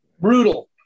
Brutal